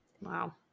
wow